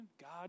God